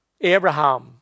Abraham